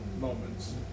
moments